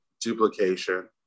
Duplication